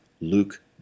Luke